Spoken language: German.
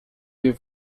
wir